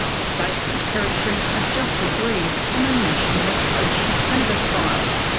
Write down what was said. the states and territories have just agreed on a national approach to cannabis trials,